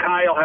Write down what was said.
Kyle